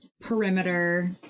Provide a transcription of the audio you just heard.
perimeter